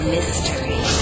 Mystery